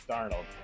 Darnold